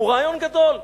הוא רעיון גדול: